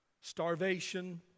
starvation